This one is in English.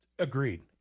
Agreed